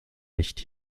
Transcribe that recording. nicht